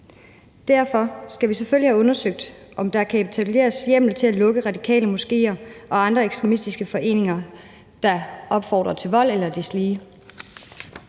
Derfor skal vi selvfølgelig have undersøgt, om der kan etableres hjemmel til at lukke radikale moskéer og andre ekstremistiske foreninger, der opfordrer til vold eller deslige.